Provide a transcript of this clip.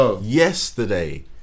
yesterday